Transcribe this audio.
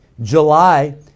July